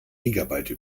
gigabyte